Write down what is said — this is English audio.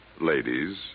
ladies